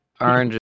Orange